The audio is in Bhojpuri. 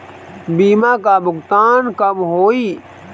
बीमा का भुगतान कब होइ?